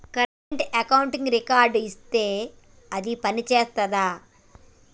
Current అకౌంట్కి credit card ఇత్తే అది పని చేత్తదా?